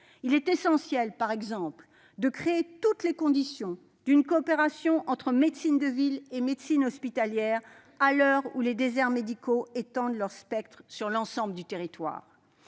Il est essentiel, par exemple, de créer toutes les conditions d'une coopération entre médecine de ville et médecine hospitalière, à l'heure où les déserts médicaux étendent leur spectre sur l'ensemble du territoire.